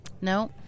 No